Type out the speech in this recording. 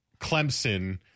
Clemson